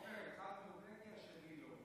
עופר, אחד נורבגי, השני לא.